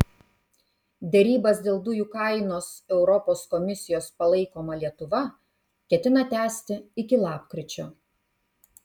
derybas dėl dujų kainos europos komisijos palaikoma lietuva ketina tęsti iki lapkričio